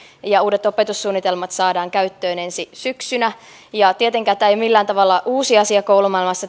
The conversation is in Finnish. ja uudet opetussuunnitelmat saadaan käyttöön ensi syksynä tietenkään tämä ei ole millään tavalla uusi asia koulumaailmassa